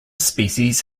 species